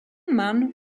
man